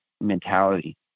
mentality